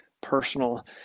personal